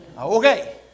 Okay